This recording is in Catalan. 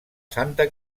santa